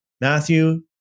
Matthew